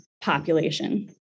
population